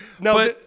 no